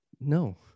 No